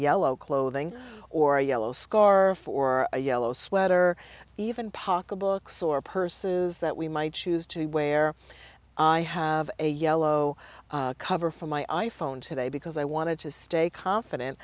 yellow clothing or a yellow scarf or a yellow sweater even pocketbooks or purses that we might choose to wear i have a yellow cover for my iphone today because i wanted to stay confident